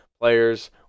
players